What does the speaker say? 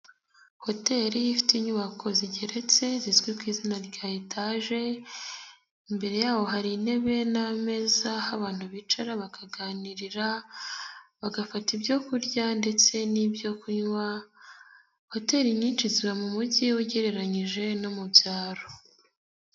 Hoteli ifite inyubako zigeretse zizwi ku izina rya etaje imbere yaho hari intebe n'ameza, aho abantu bicara bakaganirira bagafata ibyo kurya ndetse n'ibyo kunywa, hoteli nyinshi ziba mu mugi ugereranyije no mu byaro.